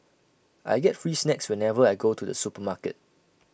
I get free snacks whenever I go to the supermarket